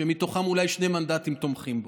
שמתוכם אולי שני מנדטים תומכים בו.